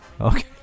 Okay